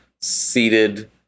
seated